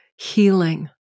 healing